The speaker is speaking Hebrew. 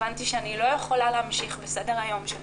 והבנתי שאני לא יכולה להמשיך בסדר היום שלי,